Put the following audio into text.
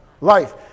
life